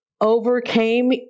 overcame